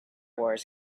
wars